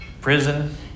prison